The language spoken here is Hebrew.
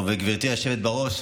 גברתי היושבת בראש,